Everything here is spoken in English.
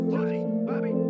Bobby